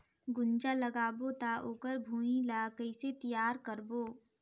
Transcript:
गुनजा लगाबो ता ओकर भुईं ला कइसे तियार करबो?